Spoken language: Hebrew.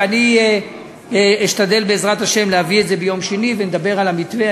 ואני אשתדל בעזרת השם להביא את זה ביום שני ונדבר על המתווה,